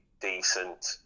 decent